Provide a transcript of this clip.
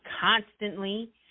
constantly